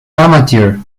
amateur